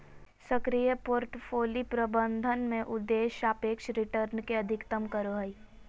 सक्रिय पोर्टफोलि प्रबंधन में उद्देश्य सापेक्ष रिटर्न के अधिकतम करो हइ